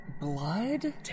Blood